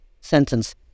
sentence